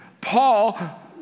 Paul